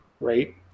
Right